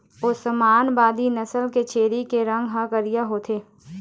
ओस्मानाबादी नसल के छेरी के रंग ह करिया होथे